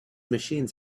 machines